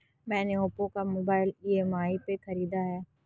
मैने ओप्पो का mobile EMI पे खरीदा है